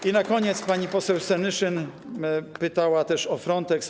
I na koniec pani poseł Senyszyn pytała też o Frontex.